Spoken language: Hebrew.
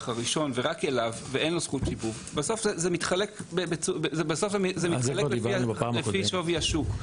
הראשון ורק אליו ואין לו זכות שיבוב בסוף זה מתחלק לפי שווי השוק.